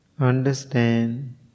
Understand